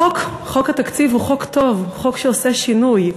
החוק, חוק התקציב, הוא חוק טוב, חוק שעושה שינוי.